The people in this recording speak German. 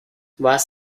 was